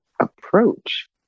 approach